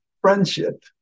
friendship